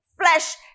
flesh